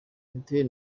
mutuel